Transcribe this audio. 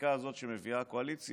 בחקיקה הזאת שמביאה הקואליציה,